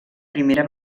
primera